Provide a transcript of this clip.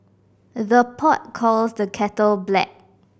the pot calls the kettle black